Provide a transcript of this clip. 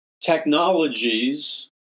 technologies—